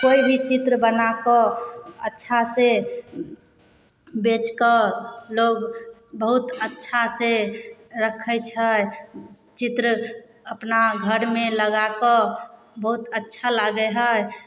कोइ भी चित्र बनाकऽ अच्छासँ बेचकऽ लोग बहुत अच्छासँ रखै छै चित्र अपना घरमे लगाकऽ बहुत अच्छा लागै है